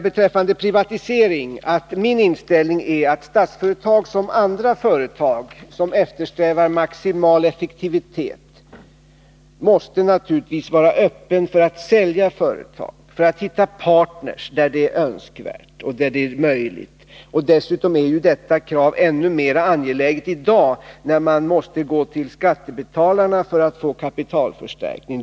Beträffande privatisering vill jag säga att min inställning är att Statsföretag liksom andra företag som eftersträvar maximal effektivitet naturligtvis måste vara öppet för att sälja företag och hitta partner där det är önskvärt och där det är möjligt. Dessutom är detta krav ännu mer angeläget i dag, när man måste gå till skattebetalarna för att få kapitalförstärkning.